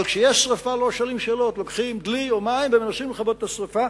אבל כשיש שרפה לא שואלים שאלות: לוקחים דלי מים ומנסים לכבות את השרפה.